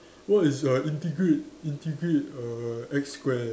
what is uh integrate integrate err X square